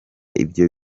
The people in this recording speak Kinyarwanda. ibyo